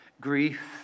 Grief